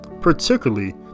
particularly